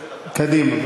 קדימה.